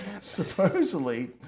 supposedly